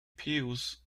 pews